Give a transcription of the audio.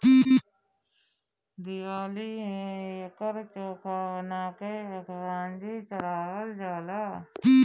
दिवाली में एकर चोखा बना के भगवान जी चढ़ावल जाला